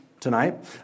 tonight